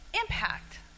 impact